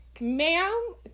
Ma'am